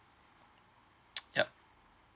yup